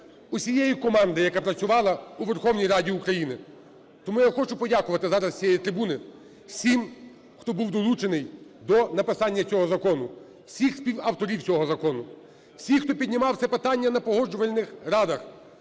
усієї команди, яка працювала у Верховній Раді України. Тому я хочу подякувати зараз з цієї трибуни всім, хто був долучений до написання цього закону, всіх співавторів цього закону, всіх, хто піднімав це питання на погоджувальних радах.